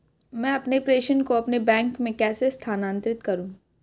मैं अपने प्रेषण को अपने बैंक में कैसे स्थानांतरित करूँ?